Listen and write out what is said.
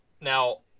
now